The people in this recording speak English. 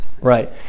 right